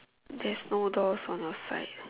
there's no doors on your side